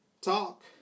Talk